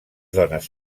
dones